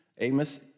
Amos